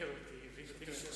ולצמצם